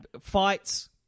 fights